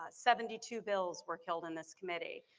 seventy two bills were killed in this committee.